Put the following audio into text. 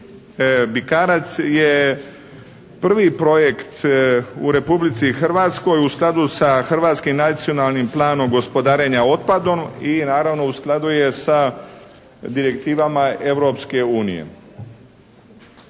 Bikarac je prvi projekt u Republici Hrvatskoj u skladu sa Hrvatskim nacionalnim planom gospodarenja otpadom i naravno u skladu je sa direktivama Europske unije.